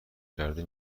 کرده